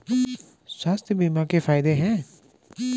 स्वास्थ्य बीमा के फायदे हैं?